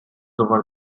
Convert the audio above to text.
over